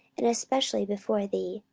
and specially before thee,